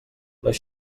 les